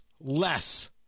less